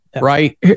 Right